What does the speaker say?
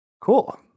Cool